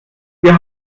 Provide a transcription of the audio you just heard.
wir